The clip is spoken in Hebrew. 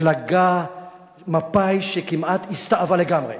המפלגה מפא"י, שכמעט הסתאבה לגמרי,